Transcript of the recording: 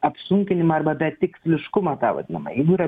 apsunkinimą arba betiksliškumą tą vadinamą jeigu yra